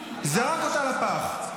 זרק אותה לפח.